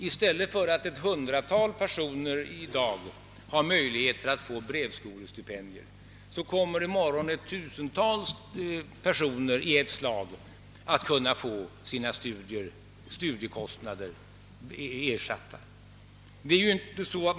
I stället för att ett hundratal personer i dag har möjlighet att få brevskolestipendier kommer i morgon ett tusental personer i ett slag att kunna få sina studiekostnader betalda.